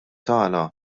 tagħna